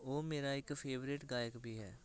ਉਹ ਮੇਰਾ ਇੱਕ ਫੇਵਰੇਟ ਗਾਇਕ ਵੀ ਹੈ